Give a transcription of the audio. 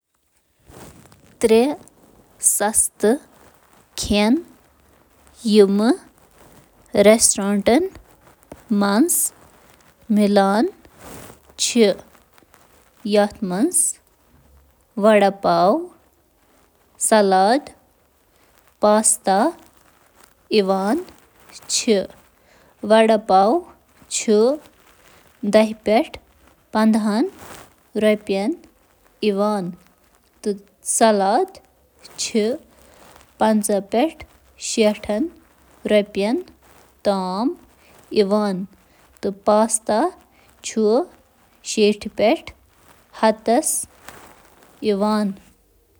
کینٛہہ کھٮ۪ن یِم عموٗمَن رٮ۪سٹرٛورَنٛٹَن منٛز سستہٕ چھِ آسان تِمَن منٛز روٹی، ٹھوٗل، اوٹمیل، توٚمُل، کیلہٕ، بین، سیب تہٕ پاستا۔